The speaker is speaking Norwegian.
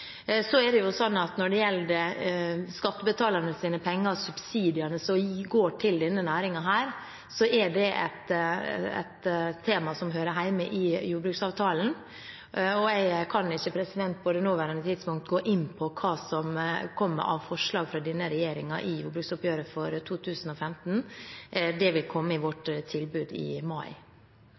Når det gjelder skattebetalernes penger, subsidiene som går til denne næringen, er det et tema som hører hjemme i jordbruksavtalen, og jeg kan ikke på det nåværende tidspunkt gå inn på hva som kommer av forslag fra denne regjeringen i jordbruksoppgjøret for 2015. Det vil komme i vårt tilbud i mai.